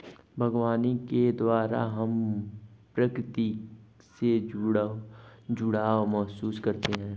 बागवानी के द्वारा हम प्रकृति से जुड़ाव महसूस करते हैं